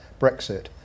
Brexit